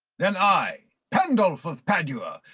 then i, pandulph of padua,